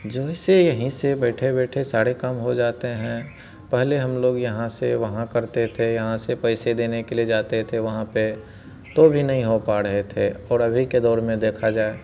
जैसे यही से बैठे बैठे सारे काम हो जाते हैं पहले हम लोग यहाँ से वहाँ करते थे यहाँ से पैसे देने के लिए जाते थे वहाँ पर तो भी नहीं हो पा रहे थे और अभी के दौर में देखा जाए